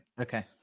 Okay